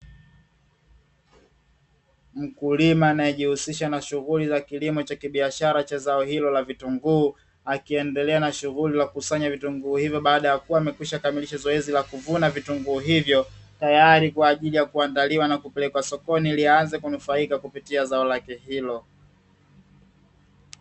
Mkulima anayejihusisha nashughuli za kilimo cha kibiashara cha zao hilo la vitunguu. Akiendelea na shughuli ya kukusanya vitunguu ivyo baada ya kuwa amekwisha kamilisha zoezi la kuvuna vitunguu hivyo, Tayari kwa ajili ya kuandaliwa kupelekwa sokoni ili aanze kunufaika kupitia zao lake hilo.